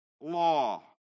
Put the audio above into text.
law